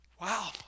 wow